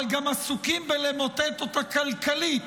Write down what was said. אבל גם עסוקים בלמוטט אותה כלכלית.